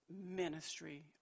ministry